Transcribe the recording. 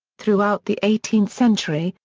throughout the eighteenth century,